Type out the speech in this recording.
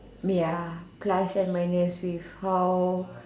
ya plus and minus with how